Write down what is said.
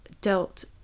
dealt